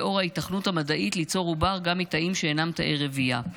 לאור ההיתכנות המדעית ליצור עובר גם מתאים שאינם תאי רבייה.